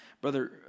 Brother